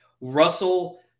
Russell